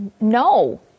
No